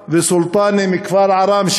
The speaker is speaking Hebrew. ולכן הרשו לי לציין את שמות הנספים הערבים